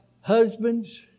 husbands